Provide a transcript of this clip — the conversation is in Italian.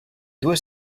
due